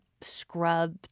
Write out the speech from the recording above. scrub